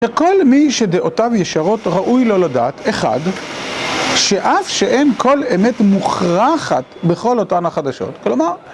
שכל מי שדעותיו ישרות ראוי לו לדעת, אחד שאף שאין כל אמת מוכרחת בכל אותן החדשות, כלומר